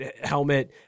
helmet